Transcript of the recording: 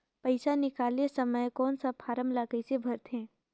पइसा निकाले समय कौन सा फारम ला कइसे भरते?